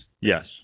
Yes